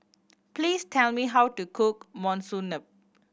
please tell me how to cook Monsunabe